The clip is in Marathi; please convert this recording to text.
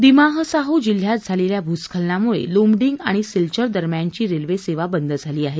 दिमाहसाओ जिल्ह्यात झालेल्या भुस्खलनामुळे लूमर्डींग आणि सिल्वर दरम्यानघी रेल्वेसेवा बंद झाली आहे